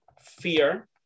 Fear